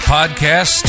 Podcast